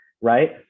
Right